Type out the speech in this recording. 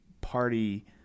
party